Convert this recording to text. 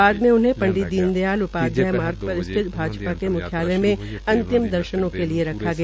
बाद में उन्हें पंडित दीन दयालय उपाध्याय मार्ग पर स्थित भाजपा म्ख्यालय में अंतिम दर्शनों के लिए रखा गया